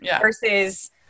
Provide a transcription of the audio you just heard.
versus